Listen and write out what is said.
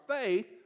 faith